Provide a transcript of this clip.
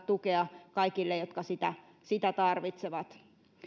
tukea kaikille jotka sitä sitä tarvitsevat